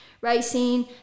racing